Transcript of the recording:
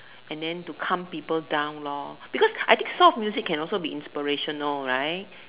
and the to calm people down lor because I think some of music can be inspirational right